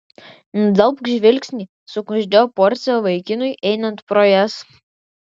nudelbk žvilgsnį sukuždėjo porcija vaikinui einant pro jas